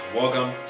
welcome